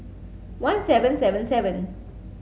one seven seven seven